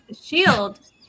shield